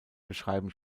beschreiben